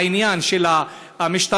העניין של המשטרה